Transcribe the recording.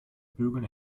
bügeln